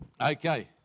Okay